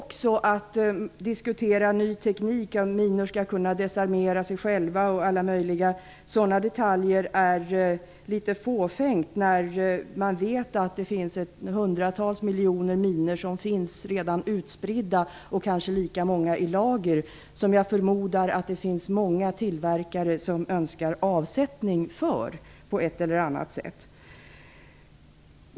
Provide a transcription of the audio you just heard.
Att diskutera ny teknik, så att minor skall kunna desarmera sig själva och alla möjliga sådana detaljer, är fåfängt när man vet att det redan finns mer än 100 miljoner minor utspridda och kanske lika många i lager. Jag förmodar att många tillverkare också önskar få avsättning för minorna på ett eller annat sätt.